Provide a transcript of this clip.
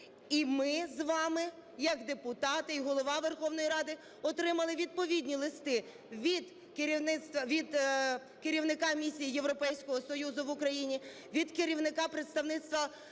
І ми з вами як депутати і Голова Верховної Ради отримали відповідні листи від керівника Місії Європейського Союзу в Україні, від керівника представництва